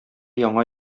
яңа